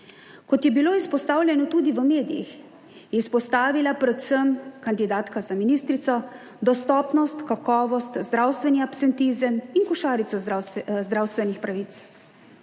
Kot je bilo izpostavljeno tudi v medijih, je izpostavila predvsem kandidatka za ministrico dostopnost, kakovost, zdravstveni absentizem in košarico zdravstvenih pravic.